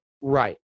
Right